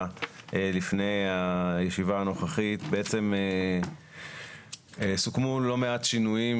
לפני הישיבה הנוכחית בעצם סוכמו לא מעט שינויים,